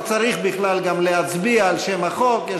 לחוק אז לא צריך בכלל גם להצביע על שם החוק.